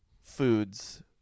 foods